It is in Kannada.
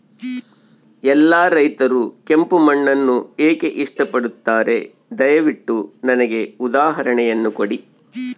ಎಲ್ಲಾ ರೈತರು ಕೆಂಪು ಮಣ್ಣನ್ನು ಏಕೆ ಇಷ್ಟಪಡುತ್ತಾರೆ ದಯವಿಟ್ಟು ನನಗೆ ಉದಾಹರಣೆಯನ್ನ ಕೊಡಿ?